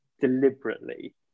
deliberately